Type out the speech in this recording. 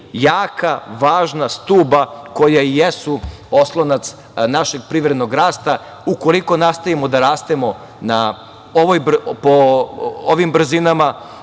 jaka, važna stuba koja jesu oslonac našeg privrednog rasta. Ukoliko nastavimo da rastemo po ovim brzinama,